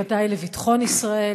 ודאי לביטחון ישראל,